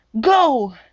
Go